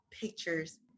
pictures